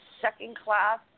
second-class